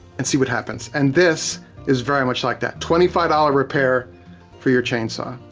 and see what happens, and this is very much like that. twenty five dollars repair for your chainsaw.